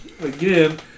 again